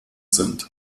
sind